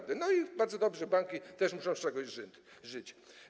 I bardzo dobrze, banki też muszą z czegoś żyć.